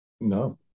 No